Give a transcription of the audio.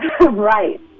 Right